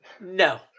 No